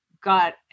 got